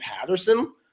Patterson